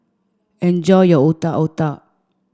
enjoy your Otak Otak